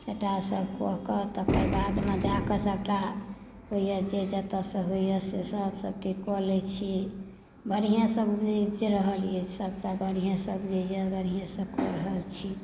सबटा सब कऽके तकरबादमे अपना जाकऽ सबटा होइए जे जेतऽ से होइए से सब सेटिंग कऽ लै छी बढ़िआँ सँ उपजि रहल अछि सब सँ बढ़ियेँ सँ उपजइए बढ़ियेँसँ कऽ रहल छी